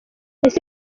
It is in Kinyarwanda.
ese